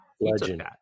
Legend